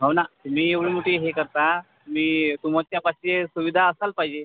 हो ना मी तुम्ही एवढी मोठी हे करता मी तुमच्यापाशी सुविधा असायला पाहिजे